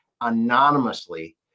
anonymously